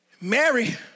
Mary